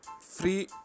free